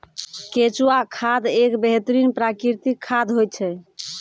केंचुआ खाद एक बेहतरीन प्राकृतिक खाद होय छै